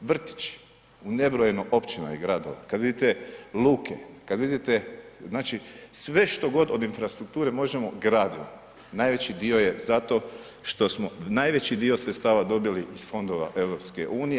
vrtići u nebrojeno općina i gradova, kad vidite luke, kad vidite znači sve što od infrastrukture možemo gradimo, najveći dio je zato što smo najveći dio sredstava dobili iz fondova EU